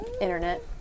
Internet